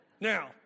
Now